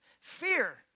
Fear